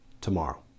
tomorrow